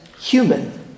human